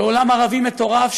בעולם הערבי המטורף,